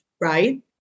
Right